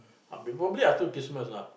ah probably after Christmas lah